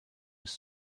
was